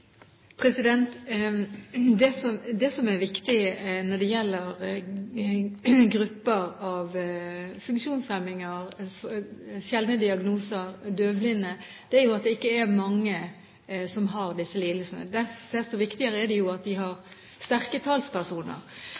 viktig element når det gjelder disse gruppene av funksjonshemninger, sjeldne diagnoser, døvblinde, er at det ikke er mange som har disse lidelsene. Desto viktigere er det at de har sterke talspersoner,